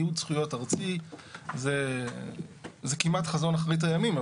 ניוד זכויות ארצי זה כמעט חזון אחרית הימים,